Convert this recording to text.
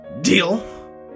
Deal